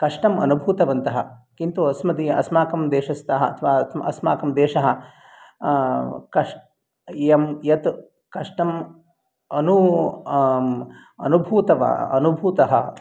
कष्टम् अनुभूतवन्तः किन्तु अस्मदीया अस्माकं देशस्ताः अथवा अस्माकं देशः यं यत् कष्टम् अनुभूतः